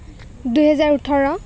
দুই হেজাৰ ওঠৰ